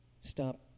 Stop